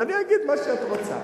אז אני אגיד מה שאת רוצה.